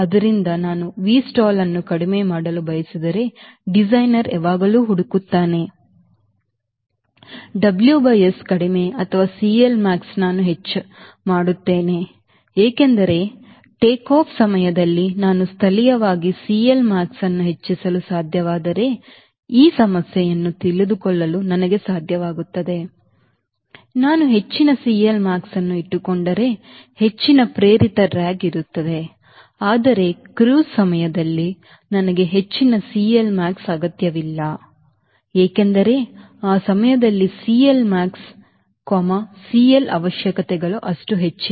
ಆದ್ದರಿಂದ ನಾನು Vstall ಅನ್ನು ಕಡಿಮೆ ಮಾಡಲು ಬಯಸಿದರೆ ಡಿಸೈನರ್ ಯಾವಾಗಲೂ ಹುಡುಕುತ್ತಾನೆ WS ಕಡಿಮೆ ಅಥವಾ CLmax ನಾನು ಹೆಚ್ಚಾಗುತ್ತೇನೆ ಏಕೆಂದರೆ ಟೇಕ್ಆಫ್ ಸಮಯದಲ್ಲಿ ನಾನು ಸ್ಥಳೀಯವಾಗಿ CLmax ಅನ್ನು ಹೆಚ್ಚಿಸಲು ಸಾಧ್ಯವಾದರೆ ಈ ಸಮಸ್ಯೆಯನ್ನು ತಿಳಿದುಕೊಳ್ಳಲು ನನಗೆ ಸಾಧ್ಯವಾಗುತ್ತದೆ ನಾನು ಹೆಚ್ಚಿನ CLmax ಅನ್ನು ಇಟ್ಟುಕೊಂಡರೆ ಹೆಚ್ಚಿನ ಪ್ರೇರಿತ ಡ್ರ್ಯಾಗ್ ಇರುತ್ತದೆ ಆದರೆ ಕ್ರೂಸ್ ಸಮಯದಲ್ಲಿ ನನಗೆ ಹೆಚ್ಚಿನ CLmax ಅಗತ್ಯವಿಲ್ಲ ಏಕೆಂದರೆ ಆ ಸಮಯದಲ್ಲಿ CLmax CL ಅವಶ್ಯಕತೆಗಳು ಅಷ್ಟು ಹೆಚ್ಚಿಲ್ಲ